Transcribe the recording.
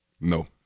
No